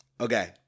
Okay